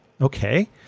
Okay